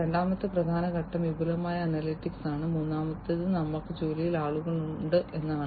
രണ്ടാമത്തെ പ്രധാന ഘടകം വിപുലമായ അനലിറ്റിക്സ് ആണ് മൂന്നാമത്തേത് ഞങ്ങൾക്ക് ജോലിയിൽ ആളുകളുണ്ട് എന്നതാണ്